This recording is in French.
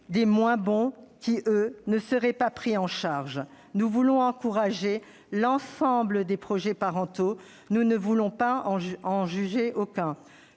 des « moins bons » qui, eux, ne seraient pas pris en charge. Nous voulons encourager l'ensemble des projets parentaux ; nous ne voulons en juger aucun.